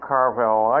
Carvel